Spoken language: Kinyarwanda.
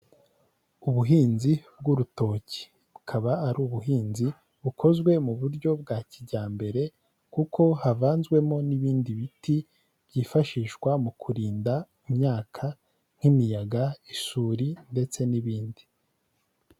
Ubuhinzi bw'urutoki bukaba ari ubuhinzi bukozwe mu buryo bwa kijyambere kuko havanzwemo n'ibindi biti byifashishwa mu kurinda imyaka nk'imiyaga, isuri ndetse n'ibindi.